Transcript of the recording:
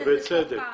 ובצדק.